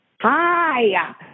Hi